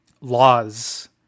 laws